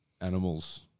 animals